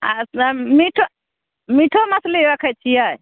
आ सब मीठ मीटो मछली रक्खै छियै